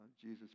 Jesus